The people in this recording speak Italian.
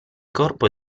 corpo